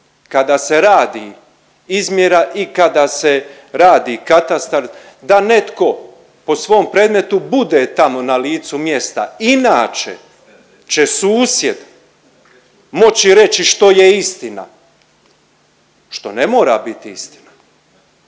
kada se radi izmjera i kada se radi Katastar, da netko o svom predmetu bude tamo na licu mjesta, inače će susjed moći reći što je istina, što ne mora bit istina.